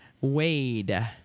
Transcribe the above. Wade